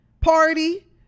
party